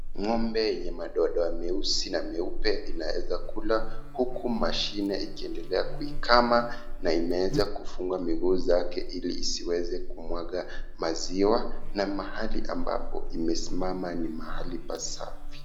Ng'ombe yenye rangi nyeusi na madoadoa meupe iakula ,huku mashine ikitumika kumkama. Ng'ombe pia amefungwa miguu ili kumfanya atulie. Mahali aliposimama ni pasafi.